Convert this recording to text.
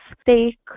steak